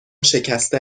شکسته